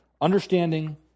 Understanding